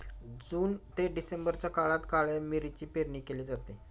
जून ते डिसेंबरच्या काळात काळ्या मिरीची पेरणी केली जाते